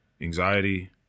anxiety